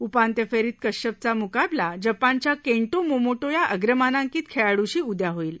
उपांत्य फेरीत कश्यपचा मुकाबला जपानच्या केंटो मोमोटा या अग्रमानांकित खेळाडूशी उद्या होईल